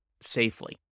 safely